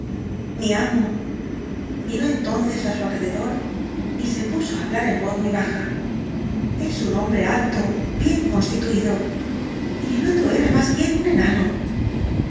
mi amo miró entonces á su alrededor y el dr jekyll se puso á hablar en voz muy baja es un hombre alto bien constituido y el otro era más bien un enano